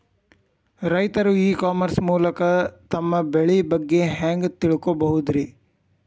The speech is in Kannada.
ರೈತರು ಇ ಕಾಮರ್ಸ್ ಮೂಲಕ ತಮ್ಮ ಬೆಳಿ ಬಗ್ಗೆ ಹ್ಯಾಂಗ ತಿಳ್ಕೊಬಹುದ್ರೇ?